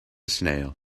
snail